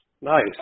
Nice